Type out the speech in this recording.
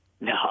No